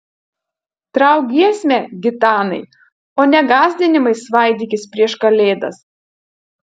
trauk giesmę gitanai o ne gąsdinimais svaidykis prieš kalėdas